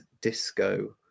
disco